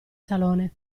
salone